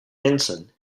ensign